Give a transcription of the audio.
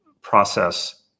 process